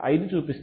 5 చూపిస్తుంది